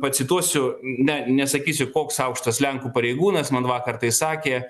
pacituosiu ne nesakysiu koks aukštas lenkų pareigūnas man vakar tai sakė